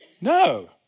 No